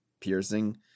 piercing